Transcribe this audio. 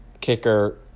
kicker